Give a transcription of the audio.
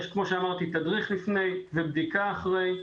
כמו שאמרתי: יש תדריך לפני ובדיקה אחרי,